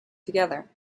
together